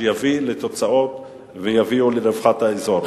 שיביא לתוצאות ויביאו לרווחת האזור.